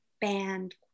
band